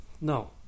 No